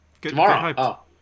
Tomorrow